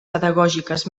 pedagògiques